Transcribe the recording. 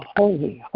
holy